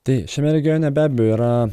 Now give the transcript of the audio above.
tai šiame regione be abejo yra